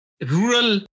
rural